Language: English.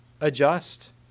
adjust